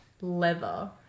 leather